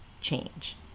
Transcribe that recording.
change